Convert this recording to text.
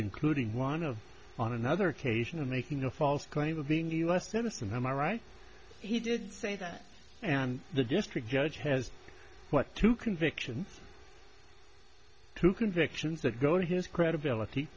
including one of on another occasion of making a false claim of being the u s citizen am i right he did say that and the district judge has what two convictions two convictions that go to his credibility